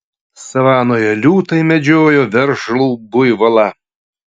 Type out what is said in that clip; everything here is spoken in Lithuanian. savanoje liūtai medžiojo veržlų buivolą